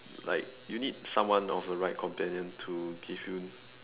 like you need someone of a right companion to give you